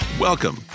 Welcome